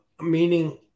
Meaning